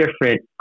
different